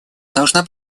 должна